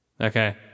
Okay